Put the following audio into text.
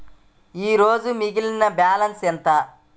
ఈరోజు మిగిలిన బ్యాలెన్స్ ఎంత?